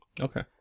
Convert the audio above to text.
Okay